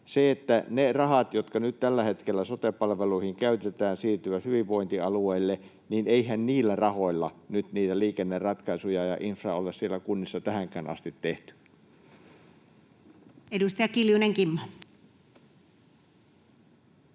Kun ne rahat, jotka nyt tällä hetkellä sote-palveluihin käytetään, siirtyvät hyvinvointialueille, niin eihän niillä rahoilla niitä liikenneratkaisuja ja ‑infraa olla siellä kunnissa tähänkään asti tehty. [Speech